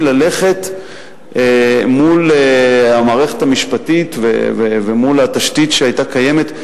ללכת מול המערכת המשפטית ומול התשתית שהיתה קיימת,